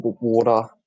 Water